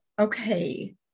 okay